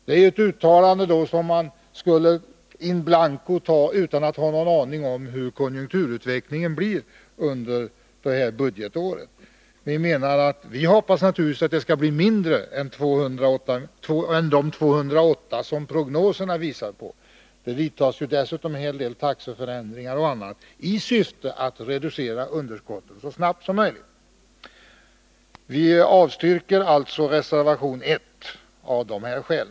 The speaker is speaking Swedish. Det är ett uttalande som man skulle göra in blanco, utan att ha någon aning om hur konjunkturutvecklingen blir under detta budgetår. Vi hoppas naturligtvis att underskottet skall bli mindre än de 208 miljoner som prognoserna visar. Det vidtas dessutom en hel del taxeförändringar och andra åtgärder i syfte att reducera underskottet så snabbt som möjligt. Vi avstyrker alltså reservation 1 av dessa skäl.